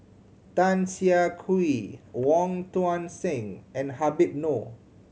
Tan Siah Kwee Wong Tuang Seng and Habib Noh